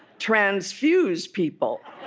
transfuse people